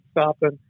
stopping